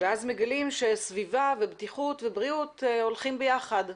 ואז מגלים שסביבה ובטיחות ובריאות הולכים ביחד.